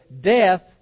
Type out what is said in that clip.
death